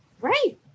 right